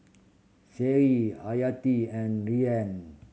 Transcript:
Seri Hayati and Rayyan